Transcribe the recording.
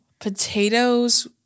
Potatoes